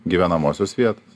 gyvenamosios vietos